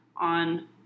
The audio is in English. on